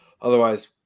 Otherwise